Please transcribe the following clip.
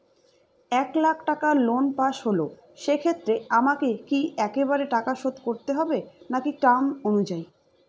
এক লাখ টাকা loan pass হল সেক্ষেত্রে আমাকে কি একবারে টাকা শোধ করতে হবে নাকি টার্ম অনুযায়ী?